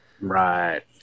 Right